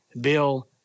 Bill